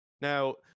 Now